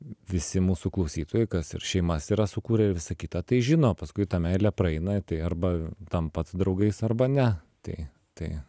visi mūsų klausytojai kas ir šeimas yra sukūrę ir visa kita tai žino paskui ta meilė praeina tai arba tampat draugais arba ne tai tai